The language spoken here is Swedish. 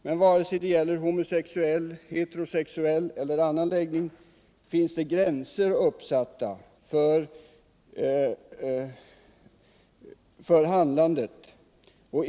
Men vare sig det gäller homosexuell, heterosexuell eller annan läggning, finns det gränser uppsatta för naturargumentet.